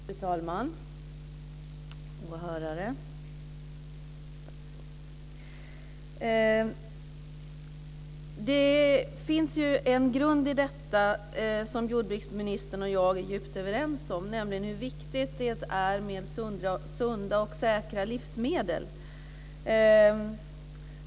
Fru talman! Åhörare! Statsrådet! Det finns en grund i detta som jordbruksministern och jag är djupt överens om, nämligen hur viktigt det är med sunda och säkra livsmedel.